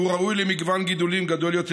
שהוא ראוי למגוון גידולים גדול יותר,